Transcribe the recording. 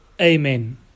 amen